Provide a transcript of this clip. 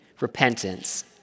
Repentance